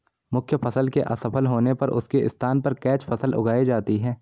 मुख्य फसल के असफल होने पर उसके स्थान पर कैच फसल उगाई जाती है